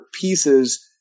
pieces